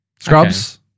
Scrubs